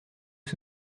que